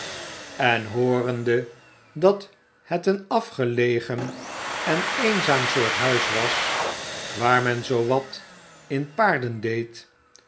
en hoorende dat het een afgelegen en eenzaam soort huis was waar men zoo wat in paarden deed